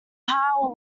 how